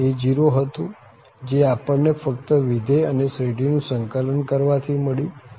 એક a0 હતું જે આપણ ને ફક્ત વિધેય અને શ્રેઢીનું સંકલન કરવા થી મળ્યું